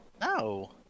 No